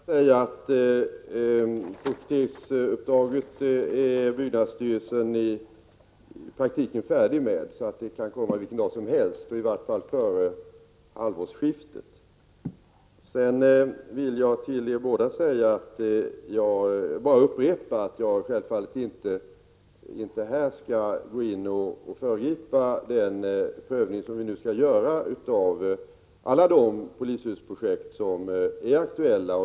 Herr talman! Till Göte Jonsson vill jag säga att byggnadsstyrelsen i praktiken är klar med projekteringsuppdraget. Redovisningen kan komma vilken dag som helst — i vart fall före halvårsskiftet. För er båda vill jag sedan bara upprepa att jag självfallet inte här skall gå in och föregripa den prövning som vi nu skall göra av alla de polishusprojekt som är aktuella.